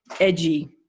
edgy